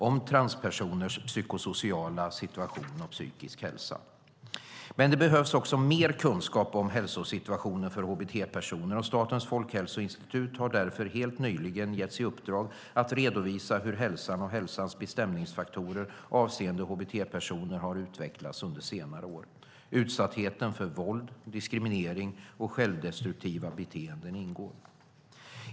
Om transpersoners psykosociala situation och psykiska hälsa . Men det behövs mer kunskap om hälsosituationen för hbt-personer. Statens folkhälsoinstitut har därför helt nyligen getts i uppdrag att redovisa hur hälsan och hälsans bestämningsfaktorer avseende hbt-personer har utvecklats under senare år. Utsattheten för våld, diskriminering och självdestruktiva beteenden ingår.